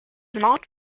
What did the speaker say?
not